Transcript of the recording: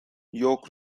york